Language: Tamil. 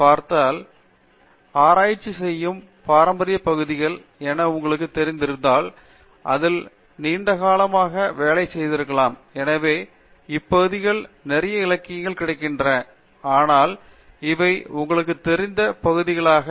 பார்த்தால் ஏரோஸ்பேஸ் இன்ஜினியரிங் ல் ஆராய்ச்சி செய்யும் பாரம்பரியப் பகுதிகள் என உங்களுக்குத் தெரிந்திருந்தால்அதில் நீங்கள் நீண்ட காலமாக வேலை செய்திருக்கலாம் எனவே இப்பகுதிகளில் நிறைய இலக்கியங்கள் கிடைக்கின்றன ஆனால் இவை உங்களுக்குத் தெரிந்த பகுதிகளாகும்